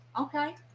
Okay